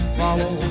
follow